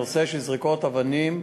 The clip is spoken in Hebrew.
הנושא של זריקות אבנים,